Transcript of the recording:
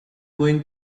going